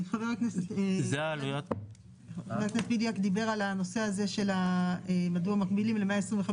חבר הכנסת בליאק דיבר על הנושא של מדוע --- 25%.